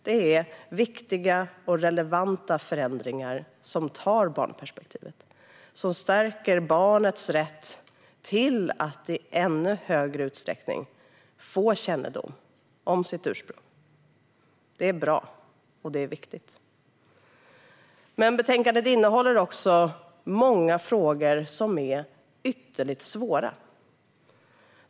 Det är viktiga och relevanta förändringar som tar barnperspektivet och stärker barnets rätt att i ännu större utsträckning få kännedom om sitt ursprung. Det är bra, och det är viktigt. Betänkandet innehåller också många frågor som är ytterligt svåra.